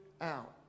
out